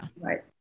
Right